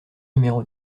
numéro